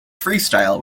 freestyle